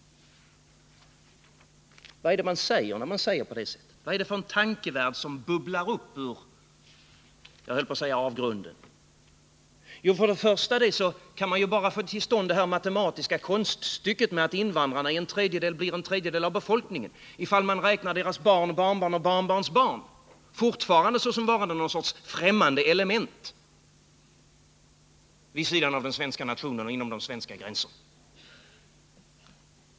Vad är det man säger när man uttrycker sig på det här sättet? Vad är det som bubblar upp ur tankevärlden, ur — som jag först höll på att säga — avgrunden? Jo, för det första gör man det matematiska konststycket att redovisa att den nuvarande invandringen så småningom resulterar i att invandrarna blir en tredjedel av befolkningen, ifall man räknar deras barn, barnbarn och barnbarnsbarn. Fortfarande skall de alltså betraktas som någon sorts främmande element vid sidan av den svenska befolkningen.